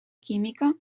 química